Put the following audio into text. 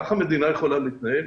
כך מדינה יכולה להתנהל?